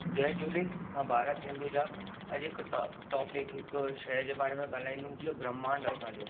जय झूले मां भारत हिंदूजा अॼु हिकु टॉपिक हिकु शइ जे बारे में ॻाल्हाईंदुमि जीअं ब्रह्मांड असांजो